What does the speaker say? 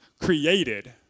created